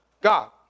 God